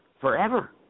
forever